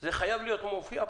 זה חייב להופיע כאן.